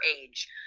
age